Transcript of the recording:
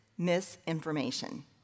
misinformation